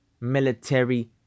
military